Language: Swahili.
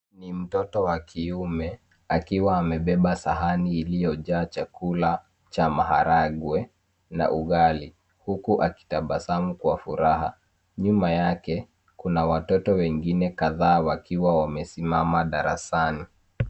Ni mtoto wa kiume akiwa amebeba sahani iliyojaa chakula cha maharagwe na ugali huku akitabasamu kwa furaha. Nyuma yake kuna watoto wengine kadhaa wakiwa wamesimama darasani.